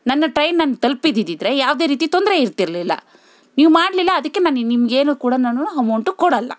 ನನ್ನ ಟ್ರೈನನ್ನ ತಲುಪದಿದ್ದಿದ್ರೆ ಯಾವುದೇ ರೀತಿ ತೊಂದರೆ ಇರ್ತಿರ್ಲಿಲ್ಲ ನೀವು ಮಾಡಲಿಲ್ಲ ಅದಕ್ಕೆ ನಾನು ನಿಮಗೆ ಏನು ಕೂಡ ನಾನೂ ಹಮೌಂಟು ಕೊಡಲ್ಲ